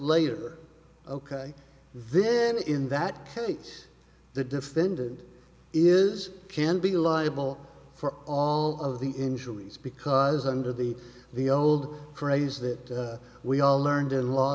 later ok then in that case the defendant is can be liable for all of the injuries because under the the old craze that we all learned in law